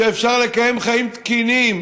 שיהיה אפשר לקיים חיים תקינים,